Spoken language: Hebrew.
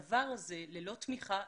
שהדבר הזה, ללא תמיכה משפחתית,